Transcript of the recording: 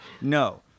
no